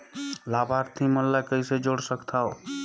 लाभार्थी मन ल कइसे जोड़ सकथव?